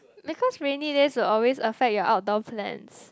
because rainy days will always affect your outdoor plans